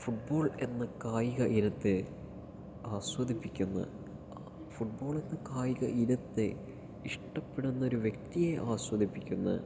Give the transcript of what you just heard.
football എന്ന കായിക ഇനത്തെ ആസ്വദിപ്പിക്കുന്ന കാണിക്കാത്ത രൂപത്തിലായിരുന്നു ഫുട്ബോൾ എന്ന കായിക ഇനത്തെ ഇഷ്ടപ്പെടുന്ന ഒരു വ്യക്തിയെ ആസ്വദിപ്പിക്കുന്ന